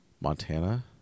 montana